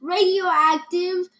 Radioactive